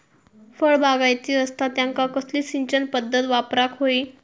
फळबागायती असता त्यांका कसली सिंचन पदधत वापराक होई?